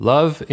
Love